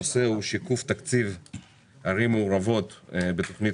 הנושא הוא שיקוף תקציב ערים מעורבות בתוכנית